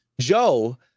joe